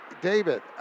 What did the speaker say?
David